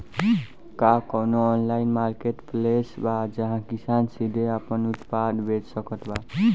का कउनों online marketplace बा जहां किसान सीधे आपन उत्पाद बेच सकत बा?